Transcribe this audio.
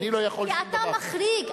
כי אתה מחריג,